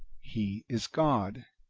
he is god,